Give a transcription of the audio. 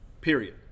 period